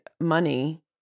money